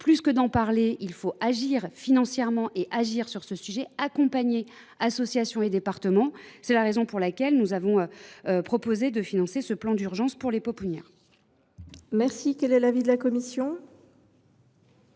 Plus encore, il faut agir financièrement pour accompagner associations et départements. C’est la raison pour laquelle nous avons proposé de financer ce plan d’urgence pour les pouponnières. Quel est l’avis de la commission ?